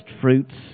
fruits